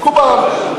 מקובל.